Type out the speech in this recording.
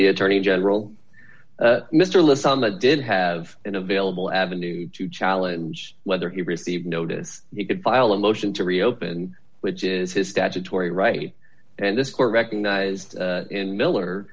the attorney general mr listen that did have an available avenue to challenge whether he received notice he could file a motion to reopen which is his statutory right and this court recognized in miller